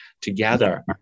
together